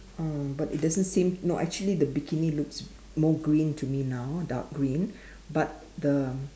uh but it doesn't seem no actually the bikini looks more green to me now dark green but the